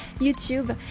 YouTube